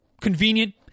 convenient